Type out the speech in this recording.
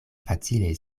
facile